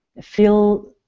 feel